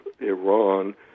Iran